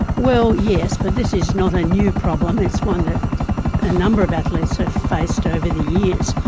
well yes but this is not a new problem. it's one that a number of athletes have faced over the years.